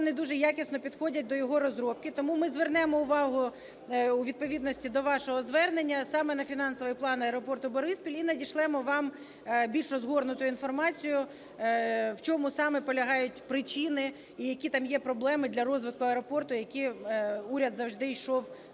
не дуже якісно підходять до його розробки. Тому ми звернемо увагу у відповідності до вашого звернення саме на фінансовий план аеропорту "Бориспіль" і надішлемо вам більш розгорнуту інформацію, в чому саме полягають причини і які там є проблеми для розвитку аеропорту, які уряд завжди йшов на